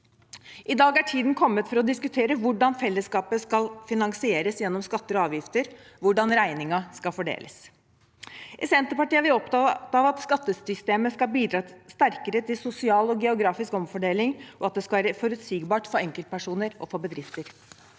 I dag er tiden kommet for å diskutere hvordan fellesskapet skal finansieres gjennom skatter og avgifter, hvordan regningen skal fordeles. I Senterpartiet er vi opptatt av at skattesystemet skal bidra sterkere til sosial og geografisk omfordeling, og at det skal være forutsigbart for enkeltpersoner og for bedrifter.